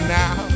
now